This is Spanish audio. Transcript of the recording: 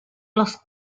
los